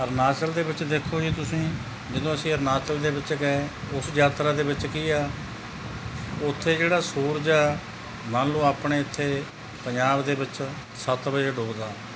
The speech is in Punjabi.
ਅਰੁਣਾਚਲ ਦੇ ਵਿੱਚ ਦੇਖੋ ਜੀ ਤੁਸੀਂ ਜਦੋਂ ਅਸੀਂ ਅਰੁਣਾਚਲ ਦੇ ਵਿੱਚ ਗਏ ਉਸ ਯਾਤਰਾ ਦੇ ਵਿੱਚ ਕੀ ਆ ਉੱਥੇ ਜਿਹੜਾ ਸੂਰਜ ਆ ਮੰਨ ਲਓ ਆਪਣੇ ਇੱਥੇ ਪੰਜਾਬ ਦੇ ਵਿੱਚ ਸੱਤ ਵਜੇ ਡੁੱਬਦਾ